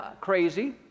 crazy